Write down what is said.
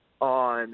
on